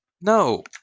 No